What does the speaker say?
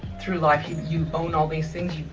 through life, you own all these things. you